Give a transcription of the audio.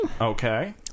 okay